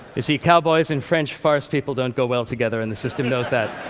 you see, cowboys and french farce people don't go well together, and the system knows that.